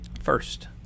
First